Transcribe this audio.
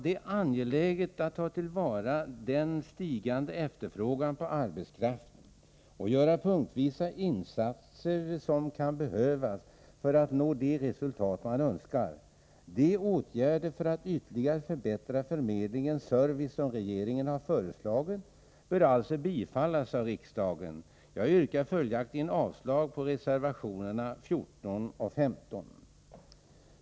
Det är angeläget att ta till vara den stigande efterfrågan på arbetskraft och att göra de punktvisa extrainsatser som kan behövas för att nå de resultat man önskar. De förslag till åtgärder för att ytterligare förbättra förmedlingens service som regeringen har lagt fram bör alltså bifallas av riksdagen. Jag yrkar följaktligen avslag på reservationerna 14 och 15.